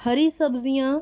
ہری سبزیاں